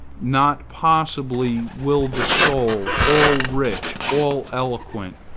not possibly will the soul, all rich, all eloquent,